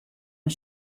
mei